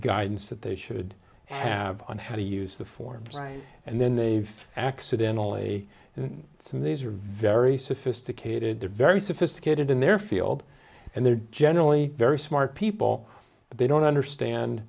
guidance that they should have on how to use the forms and then they've accidentally some these are very sophisticated they're very sophisticated in their field and they're generally very smart people but they don't understand